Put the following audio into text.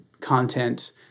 content